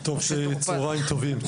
צהריים טובים,